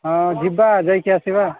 ହଁ ଯିବା ଯାଇକି ଆସିବା